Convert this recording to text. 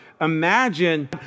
Imagine